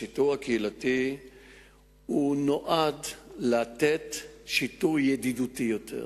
השיטור הקהילתי נועד לתת שיטור ידידותי יותר,